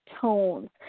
tones